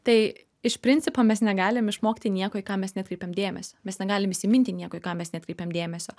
tai iš principo mes negalim išmokti nieko į ką mes nekreipiam dėmesio mes negalim įsiminti nieko į ką mes neatkreipiam dėmesio